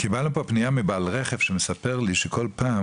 --- קיבלנו פה פנייה מבעל רכב שמספר לי שכל פעם